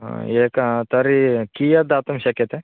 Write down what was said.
हा एका तर्हि कियत् दातुं शक्यते